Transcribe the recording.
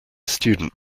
student